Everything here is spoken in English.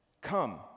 Come